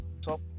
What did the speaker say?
top